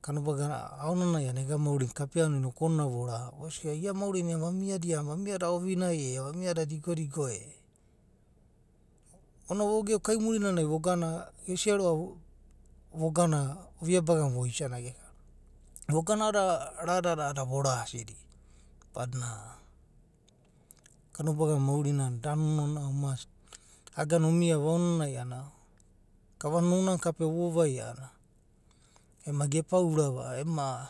kano baga nai kamiava ega maurina kapia no noku oovina vora, vosia ia maurina vamia a’anana vamida ouinai e, vamida digo digo e. onina vo geo kaimauri nanai vogana gesia roa’va, vogana ovia baga na voisana geka roa’va. Vogana a’a rada vorasida badinana kanobage na maurinana da nonoa ounana onina mast iagana omiava aonanani a’anana gava na nonoana kapea vo vavaia a’anana ema gepaurava ema